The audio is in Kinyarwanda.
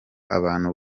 abantu